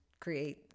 create